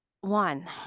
one